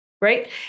right